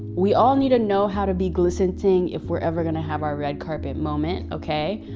we all need to know how to be glistenting if we're ever gonna have our red carpet moment, okay?